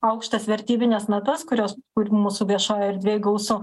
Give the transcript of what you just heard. aukštas vertybines natas kurios kurių mūsų viešojoje erdvėj gausu